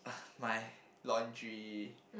my laundry